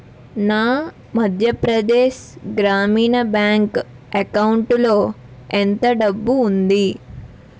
నా మధ్యప్రదేశ్ గ్రామీణ బ్యాంక్ అకౌంటులో ఎంత డబ్బు ఉంది